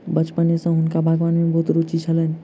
बचपने सॅ हुनका बागवानी में बहुत रूचि छलैन